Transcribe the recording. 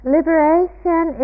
Liberation